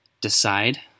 decide